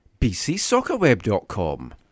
bcsoccerweb.com